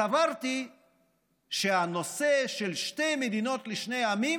סברתי שהנושא של שתי מדינות לשני עמים